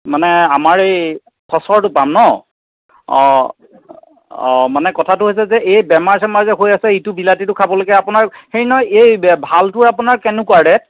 মানে আমাৰ এই খচ্চৰটো পাম ন অঁ অঁ মানে কথাটো হৈছে যে এই বেমাৰ চেমাৰ যে হৈ আছে ইটো বিলাতীটো খাব লাগে আপোনাৰ হেৰি নহয় এই ভালটো আপোনাৰ কেনেকুৱা ৰেট